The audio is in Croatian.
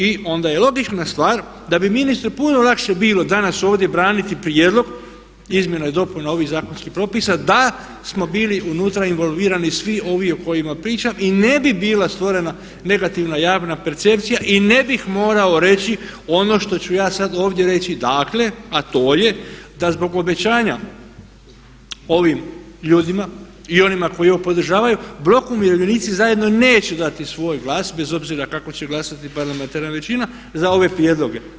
I onda je logična stvar da bi ministru puno lakše bilo danas ovdje braniti prijedlog izmjena i dopuna ovih zakonskih propisa da smo bili unutra involvirani svi ovi o kojima pričam i ne bi bila stvorena negativna javna percepcija morao reći ono što ću ja sad ovdje reći dakle a to je da zbog obećanja ovim ljudima i onima koji ovo podržavaju Blok umirovljenici zajedno neće dati svoj glas bez obzira kako će glasati parlamentarna većina za ove prijedloge.